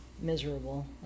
miserable